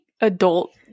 adult